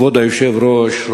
כבוד היושב-ראש,